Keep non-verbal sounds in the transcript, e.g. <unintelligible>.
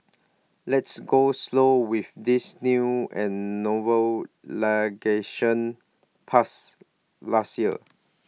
let's go slow with this new and novel <unintelligible> passed last year